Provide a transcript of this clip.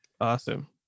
Awesome